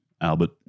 Albert